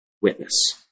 witness